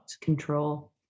Control